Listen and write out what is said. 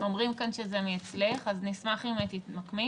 אומרים כאן שזה אצלך, אז נשמח אם תתמקמי.